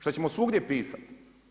Šta ćemo svugdje pisati?